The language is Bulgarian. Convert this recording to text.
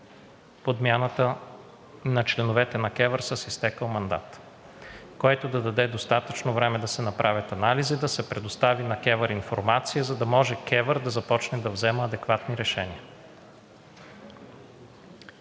подмяната на членовете на КЕВР с изтекъл мандат, който да даде достатъчно време да се направят анализи, да се предостави на КЕВР информация, за да може КЕВР да започне да взема адекватни решения.